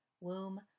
Womb